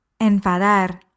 Enfadar